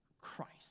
Christ